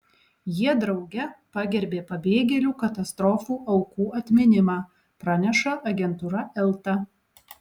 jie drauge pagerbė pabėgėlių katastrofų aukų atminimą praneša agentūra elta